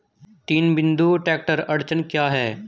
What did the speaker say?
तीन बिंदु ट्रैक्टर अड़चन क्या है?